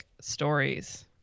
stories